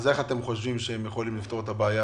אז איך אתם חושבים שהם יכולים לפתור את הבעיה?